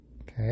Okay